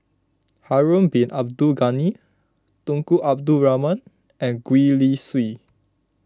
Harun Bin Abdul Ghani Tunku Abdul Rahman and Gwee Li Sui